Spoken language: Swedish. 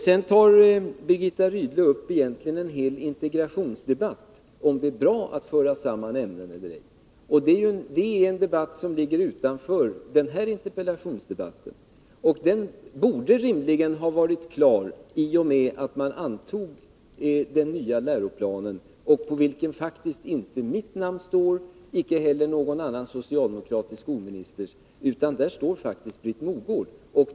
Sedan försöker Birgitta Rydle egentligen ta upp en hel integrationsdebatt om huruvida det är bra eller ej att föra samman ämnen. Det är en debatt som ligger utanför den här interpellationsdebatten. Den borde rimligen ha varit klar i och med att man antog den nya läroplanen, under vilken faktiskt inte mitt namn står och icke heller någon annan socialdemokratisk skolministers. Utan där står faktiskt Britt Mogårds namn.